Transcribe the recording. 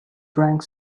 drank